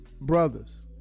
Brothers